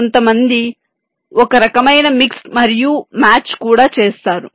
కొంతమంది ఒక రకమైన మిక్స్ మరియు మ్యాచ్ కూడా చేస్తారు